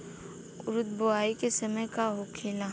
उरद बुआई के समय का होखेला?